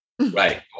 Right